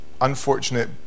unfortunate